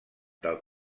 del